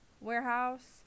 Warehouse